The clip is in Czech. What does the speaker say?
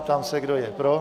Ptám se, kdo je pro?